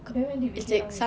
then when did we get ours